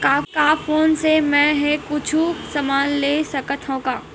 का फोन से मै हे कुछु समान ले सकत हाव का?